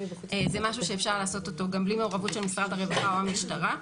זה משהו שאפשר לעשות אותו גם בלי מעורבות של משרד הרווחה או המשטרה.